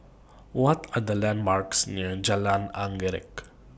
What Are The landmarks near Jalan Anggerek